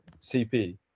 cp